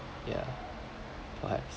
yeah perhaps